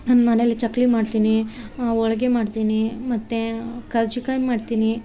ನನ್ನ ಮನೇಲಿ ಚಕ್ಲಿ ಮಾಡ್ತಿನಿ ಹೋಳ್ಗೆ ಮಾಡ್ತಿನಿ ಮತ್ತು ಕರ್ಜಿಕಾಯಿ ಮಾಡ್ತಿನಿ